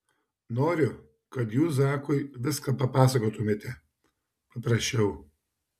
noriu kad jūs zakui viską papasakotumėte paprašiau